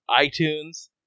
iTunes